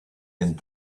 and